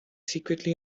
secretly